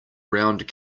round